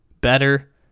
better